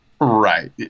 Right